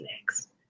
next